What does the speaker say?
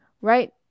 right